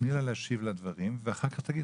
תני לה להשיב לדברים ואחר כך תמשיכי.